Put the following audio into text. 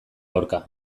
aurka